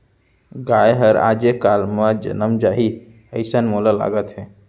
गाय हर आजे काल म जनम जाही, अइसन मोला लागत हे